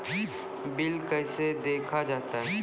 Bill कैसे देखा जाता हैं?